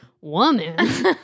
woman